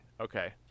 Okay